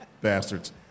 bastards